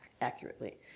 accurately